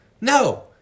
No